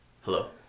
Hello